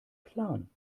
plan